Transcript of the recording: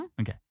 Okay